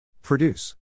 Produce